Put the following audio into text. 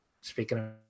speaking